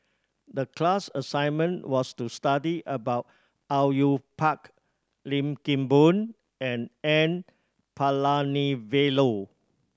the class assignment was to study about Au Yue Pak Lim Kim Boon and N Palanivelu